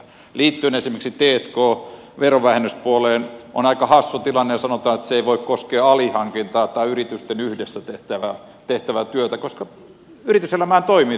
liittyen esimerkiksi t k verovähennyspuoleen on aika hassu tilanne ja sanotaan että se ei voi koskea alihankintaa tai yritysten yhdessä tehtävää työtä koska yrityselämähän toimii sillä lailla